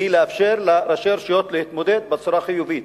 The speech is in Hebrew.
והיא לאפשר לראשי הרשויות להתמודד בצורה חיובית,